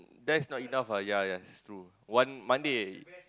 that's not enough ah ya ya is true one Monday